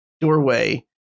doorway